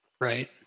Right